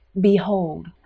Behold